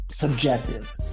subjective